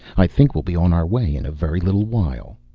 i think we'll be on our way in a very little while.